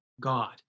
God